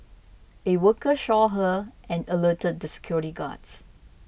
a worker shore her and alerted the security guards